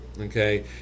okay